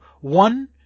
one